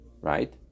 Right